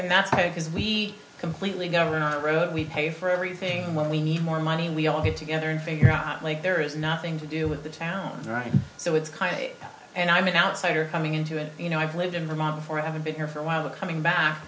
because we completely governorate we pay for everything when we need more money we all get together and figure out like there is nothing to do with the town right so it's kind and i mean outsider coming into it you know i've lived in vermont for i haven't been here for a while the coming back